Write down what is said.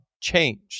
changed